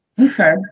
Okay